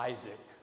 Isaac